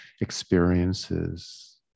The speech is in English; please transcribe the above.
experiences